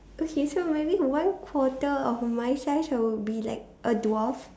okay so maybe one quarter of my size I would be like a dwarf